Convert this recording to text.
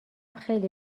خیلی